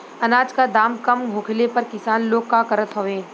अनाज क दाम कम होखले पर किसान लोग का करत हवे?